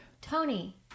Tony